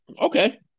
Okay